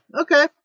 okay